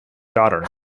daughter